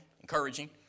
encouraging